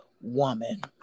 Woman